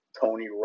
Tony